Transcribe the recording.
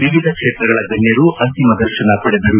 ವಿವಿಧ ಕ್ಷೇತ್ರದ ಗಣ್ಯರು ಅಂತಿಮ ದರ್ಶನ ಪಡೆದರು